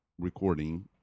recording